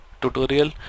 tutorial